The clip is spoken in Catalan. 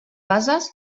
bases